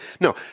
No